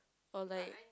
or like